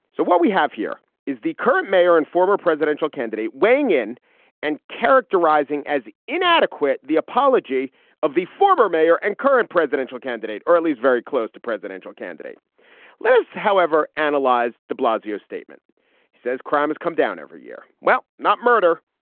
so what we have here is the current mayor and former presidential candidate weighing in and characterizing as inadequate the apology of the former mayor and current presidential candidate early is very close to presidential candidate let's however analyze de blasio statement says crime has come down every year well not murder.